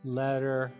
letter